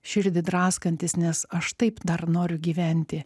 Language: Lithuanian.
širdį draskantis nes aš taip dar noriu gyventi